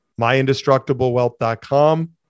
myindestructiblewealth.com